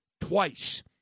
twice